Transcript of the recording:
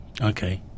Okay